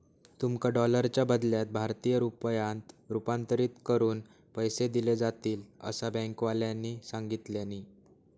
तुमका डॉलरच्या बदल्यात भारतीय रुपयांत रूपांतरीत करून पैसे दिले जातील, असा बँकेवाल्यानी सांगितल्यानी